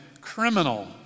criminal